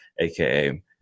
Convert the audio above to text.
aka